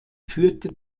führte